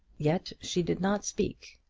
yet she did not speak.